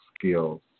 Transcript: skills